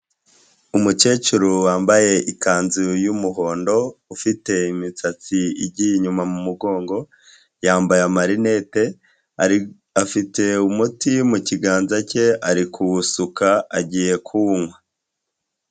Umukecuru wambaye ikanzu y’umuhondo, ufite imisatsi igiye inyuma mu mugongo, yambaye amarinette, afite umuti mu kiganza cye ari kuwusuka agiye kuwunywa.